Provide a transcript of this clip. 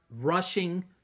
Rushing